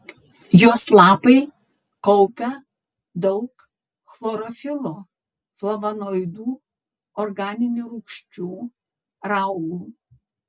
jos lapai kaupia daug chlorofilo flavonoidų organinių rūgščių raugų